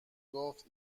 گفت